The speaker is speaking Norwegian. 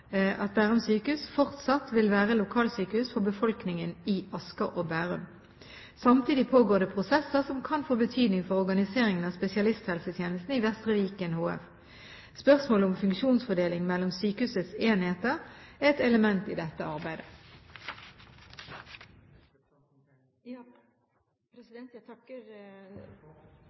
at Sykehuset Asker og Bærum, eller Bærum sykehus, som det heter i dag – denne navneendringen skjedde nylig – fortsatt vil være lokalsykehus for befolkningen i Asker og Bærum. Samtidig pågår det prosesser som kan få betydning for organiseringen av spesialisthelsetjenesten i Vestre Viken HF. Spørsmålet om funksjonsfordeling mellom sykehusets enheter er et element i dette